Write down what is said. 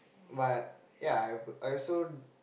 but ya I also